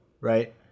right